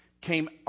came